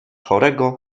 chorego